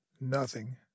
Nothing